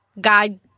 god